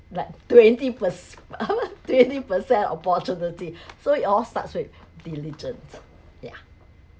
like twenty per~ uh what twenty percent opportunity so it all starts with diligent yeah